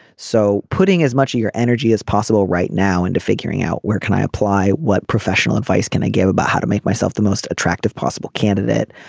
so putting as much of your energy as possible right now into figuring out where can i apply what professional advice can i give about how to make myself the most attractive possible candidate.